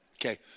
Okay